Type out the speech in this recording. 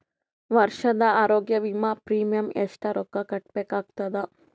ವರ್ಷದ ಆರೋಗ್ಯ ವಿಮಾ ಪ್ರೀಮಿಯಂ ಎಷ್ಟ ರೊಕ್ಕ ಕಟ್ಟಬೇಕಾಗತದ?